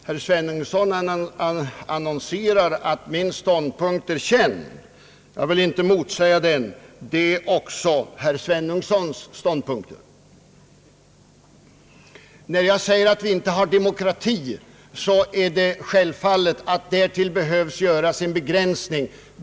Herr talman! Herr Sveningsson annonserar att min ståndpunkt är känd. Jag vill inte motsäga det påståendet, men det är också herr Sveningssons ståndpunkt. När jag säger att vi inte har demokrati är det självfallet att därtill behövs göras en begränsning.